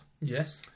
Yes